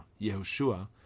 Yehoshua